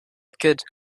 could